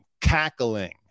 cackling